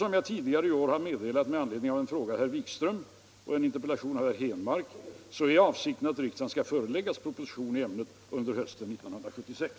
Som jag tidigare i år har meddelat med anledning av en fråga av herr Wikström och en interpellation av herr Henmark är avsikten att riksdagen skall föreläggas proposition i ämnet under hösten 1976.